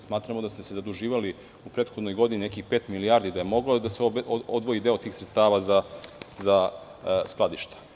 Smatramo da ste se zaduživali u prethodnoj godini nekih pet milijardi i da je mogao da se odvoji deo tih sredstava za skladišta.